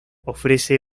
ofrece